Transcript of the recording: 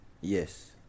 yes